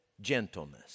gentleness